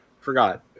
forgot